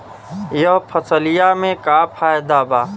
यह फसलिया में का फायदा बा?